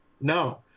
No